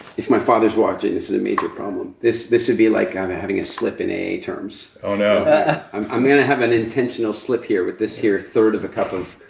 if my father's watching this is a major problem. this this would be like i'm having a slip in aa terms oh, no ah i'm gonna have an intentional slip here with this here third of a cup of.